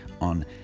on